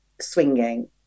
swinging